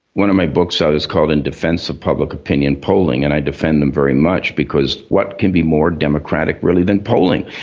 one of my books is called in defense of public opinion polling and i defend them very much, because what can be more democratic really than polling?